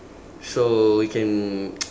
so we can